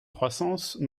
croissance